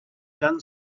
done